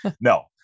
No